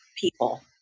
people